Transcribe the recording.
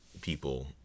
people